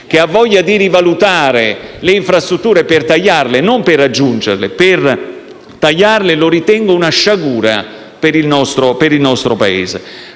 dei benefici - di rivalutare le infrastrutture per tagliarle - non aggiungerle, ma tagliarle - ritengo sia una sciagura per il nostro Paese.